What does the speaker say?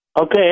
Okay